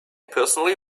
personally